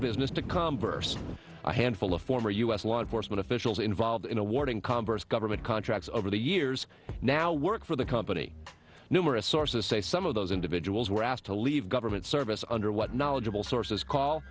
business to come burst a handful of former u s law enforcement officials involved in awarding congress government contracts over the years now work for the company numerous sources say some of those individuals were asked to leave government service under what knowledgeable sources call